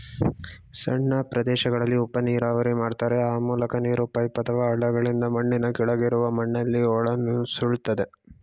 ಸಣ್ಣ ಪ್ರದೇಶಗಳಲ್ಲಿ ಉಪನೀರಾವರಿ ಮಾಡ್ತಾರೆ ಆ ಮೂಲಕ ನೀರು ಪೈಪ್ ಅಥವಾ ಹಳ್ಳಗಳಿಂದ ಮಣ್ಣಿನ ಕೆಳಗಿರುವ ಮಣ್ಣಲ್ಲಿ ಒಳನುಸುಳ್ತದೆ